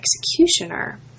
executioner